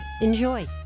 Enjoy